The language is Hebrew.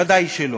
ודאי שלא.